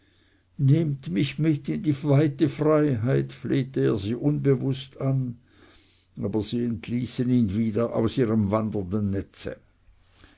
nehmt mich mit in die weite freiheit flehte er sie unbewußt an aber sie entließen ihn wieder aus ihrem wandernden netze